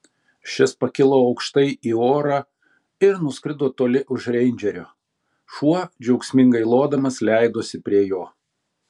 šis pakilo aukštai į orą ir nuskrido toli už reindžerio šuo džiaugsmingai lodamas leidosi prie jo